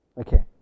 Okay